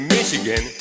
Michigan